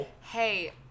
Hey